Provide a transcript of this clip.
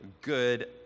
good